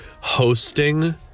hosting